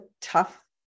tough